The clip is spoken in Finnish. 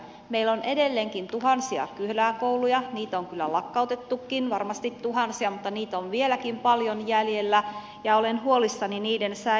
meillä on edelleenkin tuhansia kyläkouluja niitä on kyllä lakkautettukin varmasti tuhansia mutta niitä on vieläkin paljon jäljellä ja olen huolissani niiden säilymisestä